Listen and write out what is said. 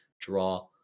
draw